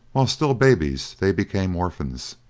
while still babies they became orphans,